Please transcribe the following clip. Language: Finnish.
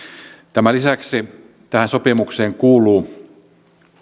tämän lisäksi sopimukseen kuuluu